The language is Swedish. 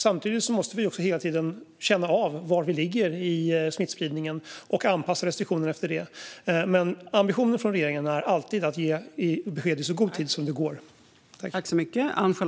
Samtidigt måste vi hela tiden också känna av var i smittspridningen vi ligger och anpassa restriktionerna efter det. Men regeringens ambition är alltid att ge besked i så god tid som det går.